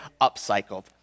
upcycled